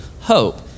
hope